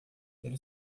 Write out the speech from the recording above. ele